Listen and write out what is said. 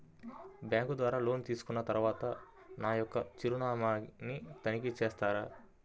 Bank ద్వారా loan తీసుకున్న తరువాత నా యొక్క చిరునామాని తనిఖీ చేస్తారా?